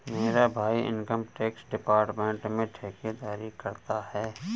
मेरा भाई income tax department में ठेकेदारी करता है